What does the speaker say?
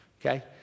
Okay